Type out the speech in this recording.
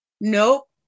nope